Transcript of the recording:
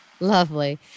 Lovely